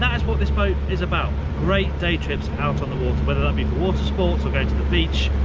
that is what this boat is about, great day trips out on the water, whether that be for water sports, or going to the beach,